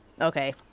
Okay